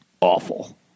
awful